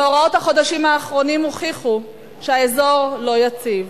מאורעות החודשים האחרונים הוכיחו שהאזור לא יציב.